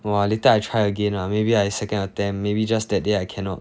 !wah! later I try again lah maybe I second or ten maybe just that day I cannot